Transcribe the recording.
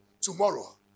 tomorrow